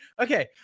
Okay